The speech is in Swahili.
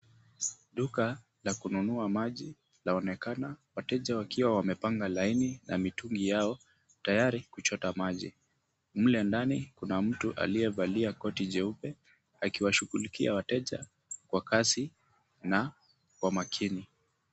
Duka la kununua maji laonekana wateja wakiwa wamepanga laini na mitungi yao tayari kuchota maji. Mle ndani kuna mtu aliyevalia koti jeupe akiwashughulikia wateja kwa kasi na kwa makini.